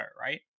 right